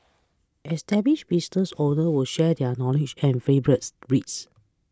established business owners will share their knowledge and favourites reads